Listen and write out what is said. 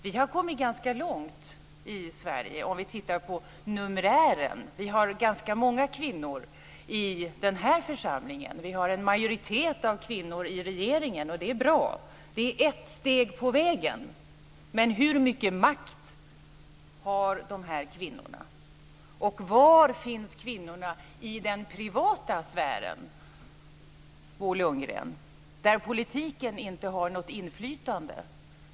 Vi har kommit ganska långt i Sverige om vi tittar på numerären. Vi har ganska många kvinnor i den här församlingen. Vi ha en majoritet av kvinnor i regeringen, och det är bra. Det är ett steg på vägen. Men hur mycket makt har dessa kvinnor, och var finns kvinnorna i den privata sfären, Bo Lundgren, där politiken inte har något inflytande?